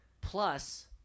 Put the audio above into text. Plus